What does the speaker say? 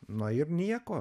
na ir nieko